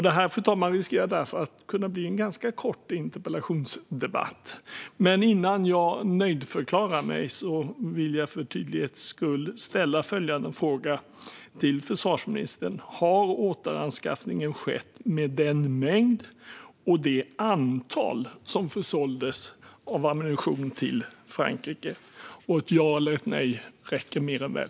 Det här, fru talman, riskerar därför att bli en ganska kort interpellationsdebatt, men innan jag nöjdförklarar mig vill jag för tydlighetens skull ställa följande fråga till försvarsministern: Har återanskaffningen skett med den mängd och det antal som försåldes av ammunition till Frankrike? Ett ja eller nej räcker mer än väl.